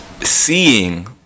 seeing